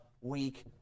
week